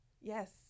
Yes